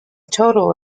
total